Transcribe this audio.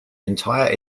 entire